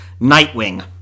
nightwing